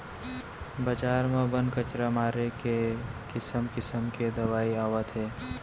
बजार म बन, कचरा मारे के किसम किसम के दवई आवत हे